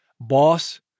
boss